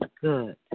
good